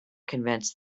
convince